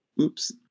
Oops